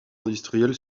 industrielle